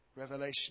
Revelation